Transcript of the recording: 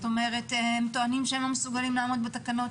הם טוענים שהם לא מסוגלים לעמוד בתקנות